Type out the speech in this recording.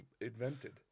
invented